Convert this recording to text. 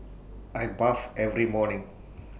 I bath every morning